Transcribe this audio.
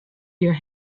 your